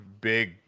big